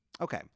okay